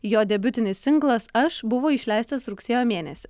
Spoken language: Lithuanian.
jo debiutinis singlas aš buvo išleistas rugsėjo mėnesį